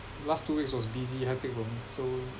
last two weeks was busy hectic for me so